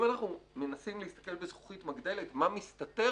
אם אנחנו מנסים להסתכל בזכוכית מגדלת מה מסתתר